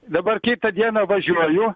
dabar kitą dieną važiuoju